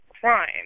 crime